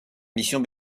mission